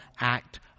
act